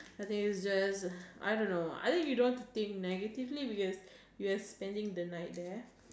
I think it is just I don't know I think you don't want to think negatively because you're spending the night there